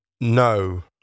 No